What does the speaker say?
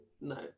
No